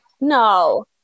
no